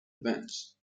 events